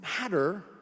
matter